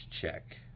check